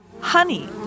honey